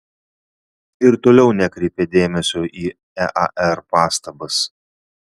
ir toliau nekreipė dėmesio į ear pastabas